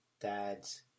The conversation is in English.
dads